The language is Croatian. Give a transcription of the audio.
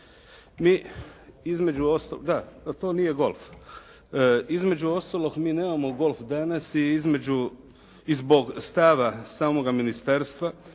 Mi između ostalog. Da ali to nije golf. Između ostalog mi nemamo golf danas i zbog stava samoga ministarstva.